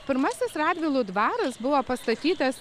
pirmasis radvilų dvaras buvo pastatytas